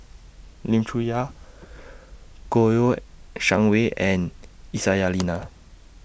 Lim Chong Yah Kouo Shang Wei and Aisyah Lyana